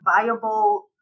viable